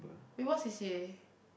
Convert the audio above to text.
you what C_C_A